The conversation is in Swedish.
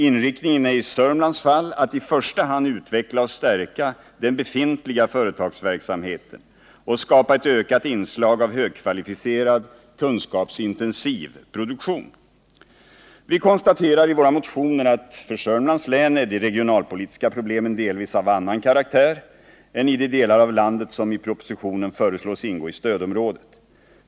Inriktningen är i Sörmlands fall att i första hand utveckla och stärka den befintliga företagsverksamheten och skapa ett ökat inslag av högkvalificerad kunskapsintensiv produktion. Vi konstaterar i våra motioner att för Sörmlands län är de regionalpolitiska problemen delvis av annan karaktär än i de delar av landet som i propositionen föreslås ingå i stödområdet.